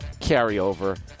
carryover